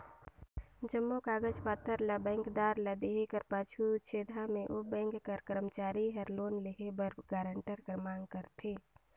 जम्मो कागज पाथर ल बेंकदार ल देहे कर पाछू छेदहा में ओ बेंक कर करमचारी हर लोन लेहे बर गारंटर कर मांग करथे